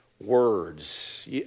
words